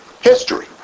history